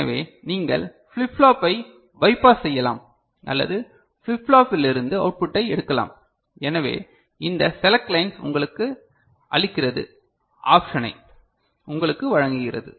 எனவே நீங்கள் ஃபிளிப் ஃப்ளாப்பைக் பைபாஸ் செய்யலாம் அல்லது ஃபிளிப் ஃப்ளாப்பிலிருந்து அவுட்புட்டை எடுக்கலாம் எனவே இந்த செலக்ட் லைன்ஸ் உங்களுக்கு அளிக்கிறது ஆப்ஷனை உங்களுக்கு வழங்குகிறது